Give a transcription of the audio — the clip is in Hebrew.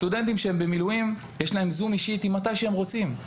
סטודנטים שהם במילואים יש להם זום איתי מתי שהם רוצים,